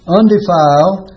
undefiled